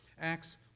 Acts